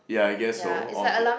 yeah I guess so on it